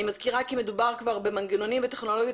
אני מזכירה כי מדובר כבר במנגנונים וטכנולוגיות